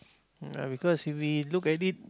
right because we look at it